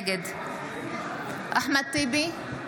נגד אחמד טיבי,